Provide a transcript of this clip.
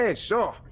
ah sure.